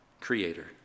creator